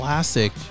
Classic